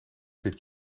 dit